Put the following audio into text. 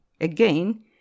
again